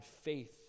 faith